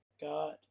got